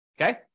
Okay